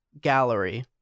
gallery